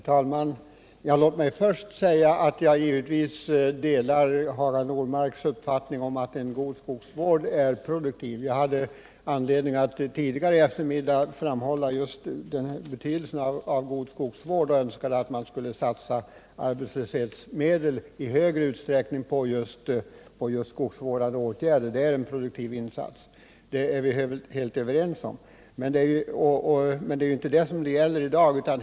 Herr talman! Låt mig först säga att jag givetvis delar Hagar Normarks uppfattning att en god skogsvård är produktiv. Jag hade anledning att tidigare i eftermiddag framhålla betydelsen av en god skogsvård, och jag sade då att jag önskade att man i större utsträckning skulle satsa arbetslöshetsmedel just på skogsvårdande åtgärder. Det är en produktiv insats. Det är vi helt ense om. Men det är inte den saken det gäller i dag.